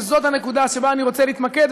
וזאת הנקודה שבה אני רוצה להתמקד,